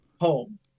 home